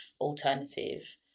alternative